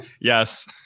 Yes